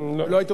ושיש לזה תיעוד,